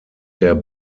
der